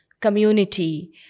community